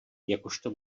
jakožto